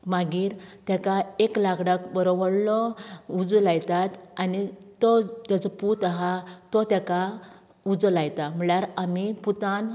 मागीर ताका एक लांकडाक बरो व्हडलो उजो लायतात आनी तो तेजो पूत आहा तो ताका उजो लायता म्हळ्यार आमी पुतान